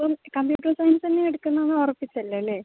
അപ്പം കമ്പ്യൂട്ടർ സയൻസെന്നെയാ എടുക്ക്ന്നേന്ന് ഉറപ്പിച്ചല്ലോ അല്ലെ